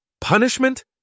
Punishment